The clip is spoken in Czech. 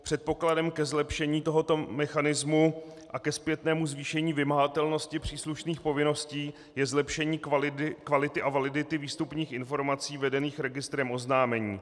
Předpokladem ke zlepšení tohoto mechanismu a ke zpětnému zvýšení vymahatelnosti příslušných povinností je zlepšení kvality a validity výstupních informací vedených registrem oznámení.